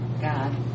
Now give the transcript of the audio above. God